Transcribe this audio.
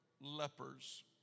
Lepers